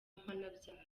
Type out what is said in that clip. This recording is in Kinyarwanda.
mpanabyaha